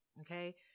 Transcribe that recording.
okay